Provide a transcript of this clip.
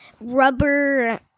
rubber